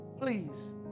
Please